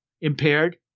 impaired